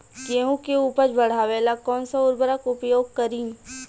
गेहूँ के उपज बढ़ावेला कौन सा उर्वरक उपयोग करीं?